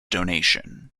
donation